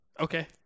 Okay